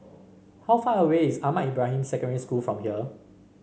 how far away is Ahmad Ibrahim Secondary School from here